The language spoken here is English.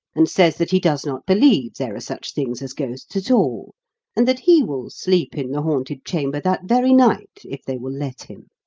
and says that he does not believe there are such things as ghosts at all and that he will sleep in the haunted chamber that very night, if they will let him.